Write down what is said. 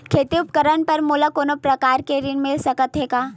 खेती उपकरण बर मोला कोनो प्रकार के ऋण मिल सकथे का?